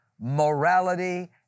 morality